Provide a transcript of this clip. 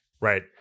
right